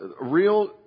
real